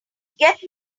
get